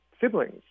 siblings